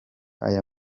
aya